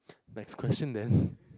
next question then